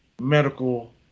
medical